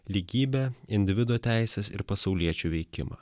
lygybę individo teises ir pasauliečių veikimą